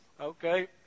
Okay